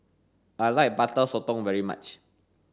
I like butter sotong very much